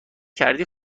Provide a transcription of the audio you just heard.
کردی